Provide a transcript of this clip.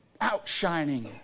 outshining